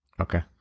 okay